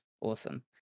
awesome